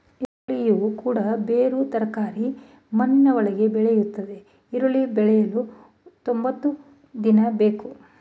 ಈರುಳ್ಳಿಯು ಕೂಡ ಬೇರು ತರಕಾರಿ ಮಣ್ಣಿನ ಒಳಗೆ ಬೆಳೆಯುತ್ತದೆ ಈರುಳ್ಳಿ ಬೆಳೆಯಲು ತೊಂಬತ್ತು ದಿನ ಬೇಕು